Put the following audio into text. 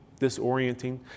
disorienting